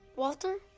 walter?